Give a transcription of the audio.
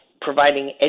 providing